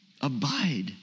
Abide